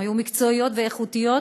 הן היו מקצועיות ואיכותיות,